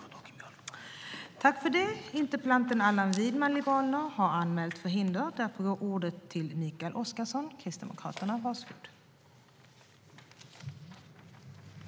Tredje vice talmannen meddelade att Allan Widman som framställt interpellationen var förhindrad att delta i debatten.